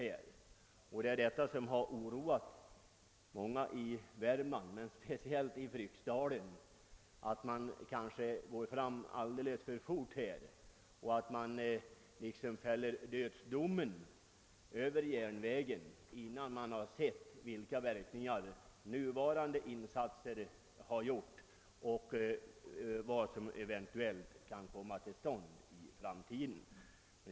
Många i Värmland, och speciellt i Fryksdalen, har fruktat att man skulle gå fram alldeles för fort och så att säga fälla dödsdomen över järnvägen innan man sett vilka verkningar dagens insatser får och vad som eventuellt kan komma till i framtiden.